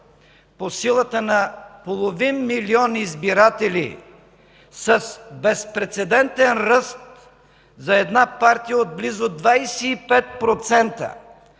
по силата на половин милион избиратели с безпрецедентен ръст за една партия от близо 25%.